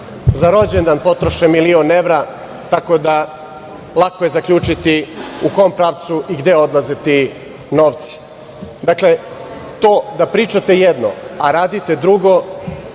za rođendan potroše milion evra, tako da lako je zaključiti u kom pravcu i gde odlaze ti novci. Dakle, to da pričate jedno, a radite drugo